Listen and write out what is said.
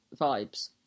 vibes